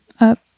up